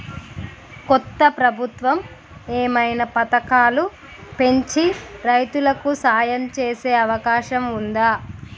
కొత్త ప్రభుత్వం ఏమైనా పథకాలు పెంచి రైతులకు సాయం చేసే అవకాశం ఉందా?